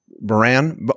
Moran